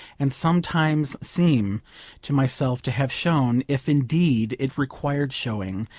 and sometimes seem to myself to have shown, if indeed it required showing,